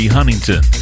Huntington